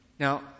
Now